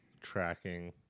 tracking